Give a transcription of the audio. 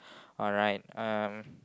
alright um